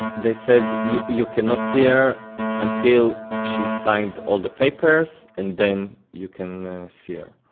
they said you you cannot see her until she signs all the papers and then you can see her.